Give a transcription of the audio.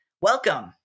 Welcome